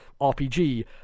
RPG